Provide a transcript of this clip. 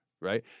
right